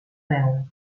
veu